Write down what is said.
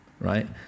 right